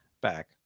back